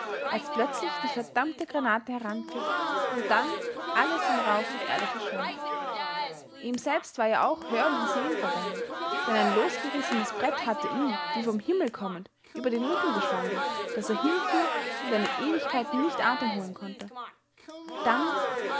als plötzlich die verdammte granate heranpfiff und dann alles in rauch und erde verschwand ihm selbst war ja auch hören und sehen vergangen denn ein losgerissenes brett hatte ihn wie vom himmel kommend über den rücken geschlagen daß er hinfiel und eine ewigkeit nicht atem holen konnte dann